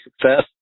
success